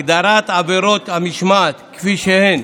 הגדרת עבירות המשמעת כפי שהן